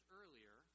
earlier